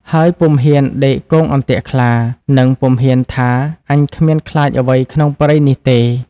ហើយពុំហ៊ានដេកគងអន្ទាក់ក្លា និងពុំហ៊ានថាអញគ្មានខ្លាចអ្វីក្នុងព្រៃនេះទេ។